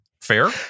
fair